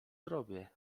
zrobię